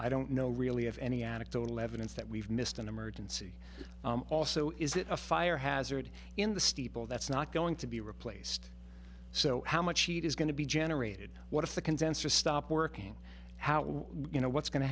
i don't know really have any anecdotal evidence that we've missed an emergency also is it a fire hazard in the steeple that's not going to be replaced so how much heat is going to be generated what if the condenser stop working how do you know what's go